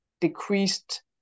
decreased